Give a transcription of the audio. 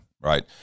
Right